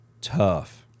tough